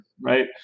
Right